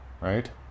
Right